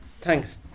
Thanks